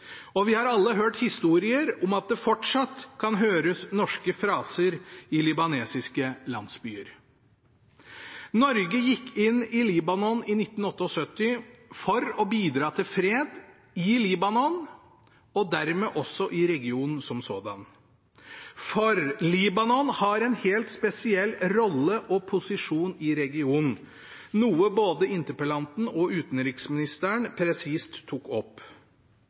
Libanon. Vi har alle hørt historier om at det fortsatt kan høres norske fraser i libanesiske landsbyer. Norge gikk inn i Libanon i 1978 for å bidra til fred i Libanon, og dermed også i regionen som sådan. For Libanon har en helt spesiell rolle og posisjon i regionen, noe både interpellanten og utenriksministeren presist tok opp.